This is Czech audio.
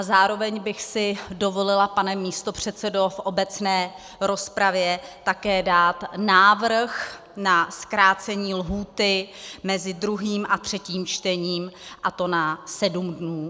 Zároveň bych si dovolila, pane místopředsedo, v obecné rozpravě také dát návrh na zkrácení lhůty mezi druhým a třetím čtením, a to na sedm dnů.